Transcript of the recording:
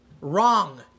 Wrong